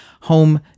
home